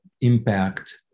impact